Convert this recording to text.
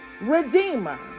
redeemer